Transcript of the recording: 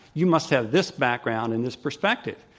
you must have this background and this perspective.